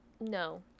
No